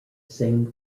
same